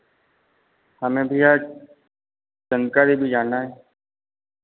हमें भैया चंदका देवी जाना है